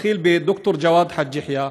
אתחיל בד"ר ג'וואד חאג' יחיא,